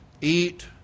eat